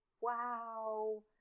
wow